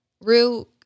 Rue